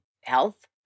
health